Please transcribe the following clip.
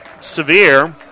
Severe